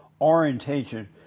orientation